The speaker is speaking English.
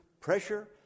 pressure